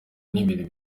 n’ibintu